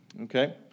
okay